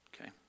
okay